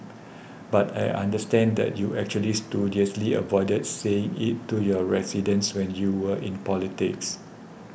but I understand that you actually studiously avoided saying it to your residents when you were in politics